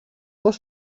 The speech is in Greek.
πώς